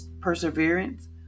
perseverance